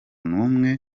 n’umwe